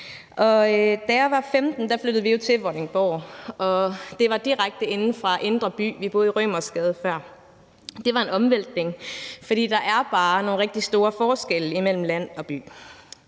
da jeg var 15 år, flyttede vi jo til Vordingborg, og det var direkte inde fra indre by; vi boede i Rømersgade før. Det var en omvæltning, for der er bare nogle rigtig store forskelle imellem land og by.